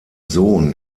sohn